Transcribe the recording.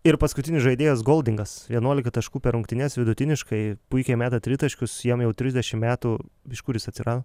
ir paskutinis žaidėjas goldingas vienuolika taškų per rungtynes vidutiniškai puikiai meta tritaškius jam jau trisdešim metų iš kur jis atsirado